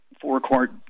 four-quart